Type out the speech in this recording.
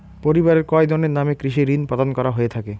পরিবারের কয়জনের নামে কৃষি ঋণ প্রদান করা হয়ে থাকে?